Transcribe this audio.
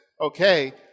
okay